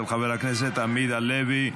של חבר הכנסת עמית הלוי.